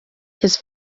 his